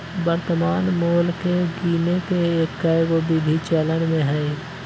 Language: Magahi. वर्तमान मोल के गीने के कएगो विधि चलन में हइ